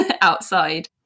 outside